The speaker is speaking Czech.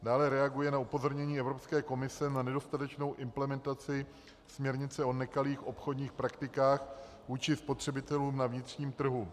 Dále reaguje na upozornění Evropské komise na nedostatečnou implementaci směrnice o nekalých obchodních praktikách vůči spotřebitelům na vnitřním trhu.